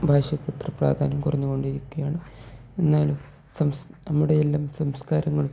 ഭാഷക്ക് എത്ര പ്രാധാന്യം കുറഞ്ഞുകൊണ്ടിരിക്കുകയാണ് എന്നാലും സം നമ്മുടെയെല്ലാം സംസ്കാരങ്ങൾ